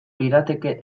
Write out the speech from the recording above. lirateke